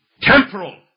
temporal